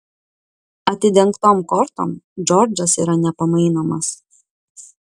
atidengtom kortom džordžas yra nepamainomas